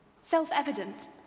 self-evident